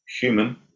human